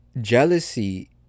jealousy